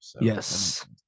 Yes